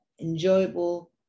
enjoyable